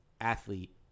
athlete